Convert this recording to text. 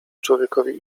człowiekowi